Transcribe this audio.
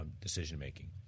decision-making